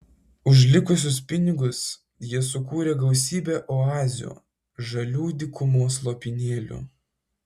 už likusius pinigus jie sukūrė gausybę oazių žalių dykumos lopinėlių